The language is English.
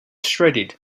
shredded